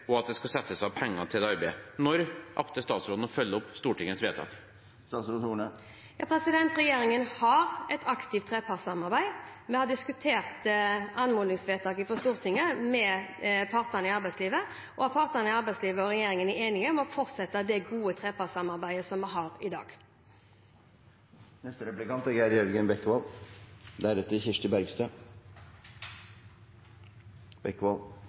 og at det skal settes av penger til det arbeidet. Når akter statsråden å følge opp Stortingets vedtak? Regjeringen har et aktivt trepartssamarbeid. Vi har diskutert anmodningsvedtaket fra Stortinget med partene i arbeidslivet. Partene i arbeidslivet og regjeringen er enige om å fortsette det gode trepartssamarbeidet som vi har i